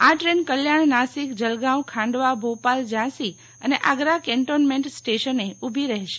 આ ટ્રેન કલ્યાણ નાસિક જલગાંવ ખાંડવા ભોપાલ ઝાંસી અને આગ્રા કેન્ટોનમેન્ટ સ્ટેશને ઉભી રહેશે